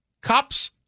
cops